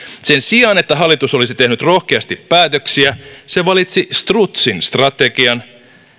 sen sijaan että hallitus olisi tehnyt rohkeasti päätöksiä se valitsi strutsin strategian